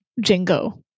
jingo